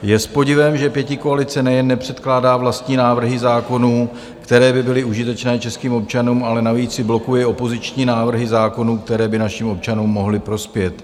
Je s podivem, že pětikoalice nejen nepředkládá vlastní návrhy zákonů, které by byly užitečné českým občanům, ale navíc i blokuje opoziční návrhy zákonů, které by našim občanům mohly prospět.